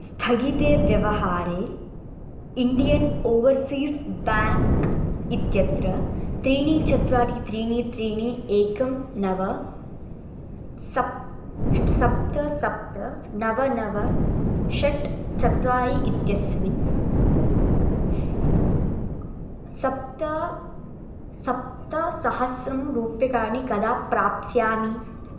स्थगिते व्यवहारे Indian Overseas Bank इत्यत्र त्रीणि चत्वारि त्रीणि त्रीणि एकं नव सप्त सप्त सप्त नव नव षट् चत्वारि इत्यस्मिन् सप्त सप्त सप्तसहस्रं रूप्यकाणि कदा प्राप्स्यामि